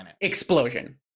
explosion